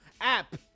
app